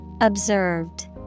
Observed